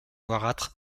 noirâtre